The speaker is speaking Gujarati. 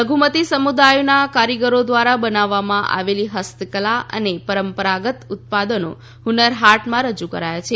લઘુમતી સમુદાયોના કારીગરો દ્વારા બનાવવામાં આવેલી હસ્તકલા અને પરંપરાગત ઉત્પાદનો ફુન્નર હાટમાં રજૂ કરાયા છે